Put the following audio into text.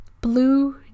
blue